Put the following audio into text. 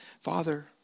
Father